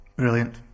Brilliant